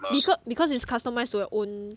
because because is customise to your own